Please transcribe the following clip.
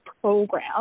Program